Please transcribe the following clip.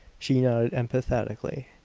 she nodded emphatically.